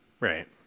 Right